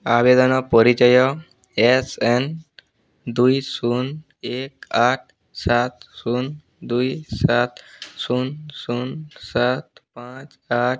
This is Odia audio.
ଆବେଦନ ପରିଚୟ ଏସ୍ ଏନ୍ ଦୁଇ ଶୂନ ଏକ ଆଠ ସାତ ଶୂନ ଦୁଇ ସାତ ଶୂନ ଶୂନ ସାତ ପାଞ୍ଚ ଆଠ